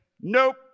Nope